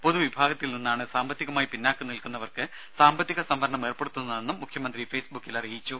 പൊതുവിഭാഗത്തിൽ നിന്നാണ് സാമ്പത്തികമായി പിന്നാക്കം നിൽക്കുന്നവർക്ക് സാമ്പത്തിക സംവരണം ഏർപ്പെടുത്തുന്നതെന്നും മുഖ്യമന്ത്രി ഫേസ്ബുക്കിൽ അറിയിച്ചു